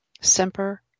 Semper